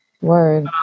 Word